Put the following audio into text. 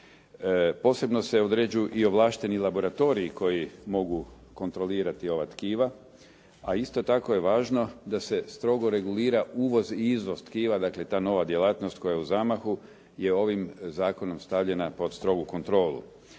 Posebno se određuju i ovlašteni laboratoriji koji mogu kontrolirati ova tkiva a isto tako je važno da se strogo regulira uvoz i izvoz tkiva, dakle ta nova djelatnost koja je u zamahu je ovim zakonom stavljena pod strogu kontrolu.